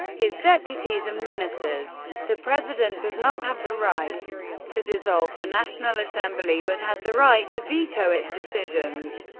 his deputies, and ministers. the president does not have the right to dissolve the national assembly, but has the right to veto its decisions.